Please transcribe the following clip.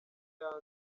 yanze